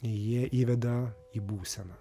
jie įveda į būseną